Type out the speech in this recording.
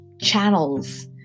channels